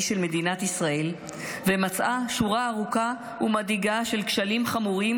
של מדינת ישראל ומצאה שורה ארוכה ומדאיגה של כשלים חמורים